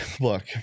look